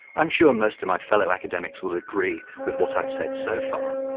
i'm sure most of my fellow academics will agree with what i've said so far,